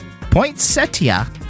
poinsettia